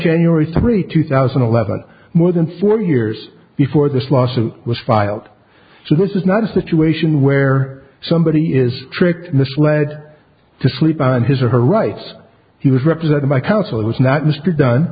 january february two thousand and eleven more than four years before this lawsuit was filed so this is not a situation where somebody is tricked misled to sleep on his or her rights he was represented by counsel was not mr d